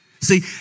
See